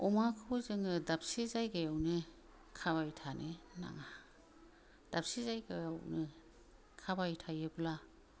अमाखौबो जोङो दाबसे जागायावनो खाबाय थानो नाङा दाबसे जागायावनो खाबाय थायोब्ला